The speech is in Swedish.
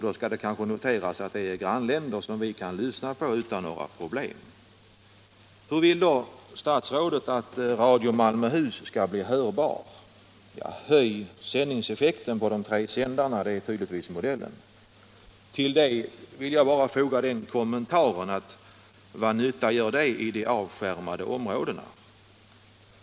Då skall det noteras att det är grannländer som vi kan lyssna på utan några problem. Hur vill då statsrådet att Radio Malmöhus skall bli hörbar? Att öka sändningseffekten på de tre sändarna är tydligen modellen. Till det vill jag bara säga: Vad nytta gör det i de avskärmade områdena?